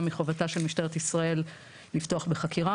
מחובתה של משטרת ישראל לפתוח בחקירה.